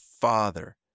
Father